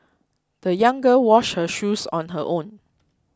the young girl washed her shoes on her own